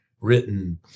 written